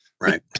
Right